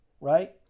right